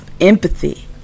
empathy